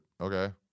Okay